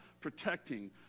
protecting